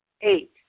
Eight